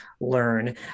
learn